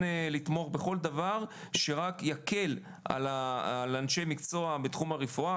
לתמוך בכל דבר שרק יקל על אנשי מקצוע בתחום הרפואה